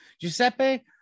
giuseppe